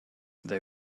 they